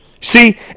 See